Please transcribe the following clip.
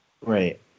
Right